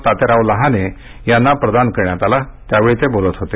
तात्याराव लहाने यांना प्रदान करण्यात आला त्यावेळी ते बोलत होते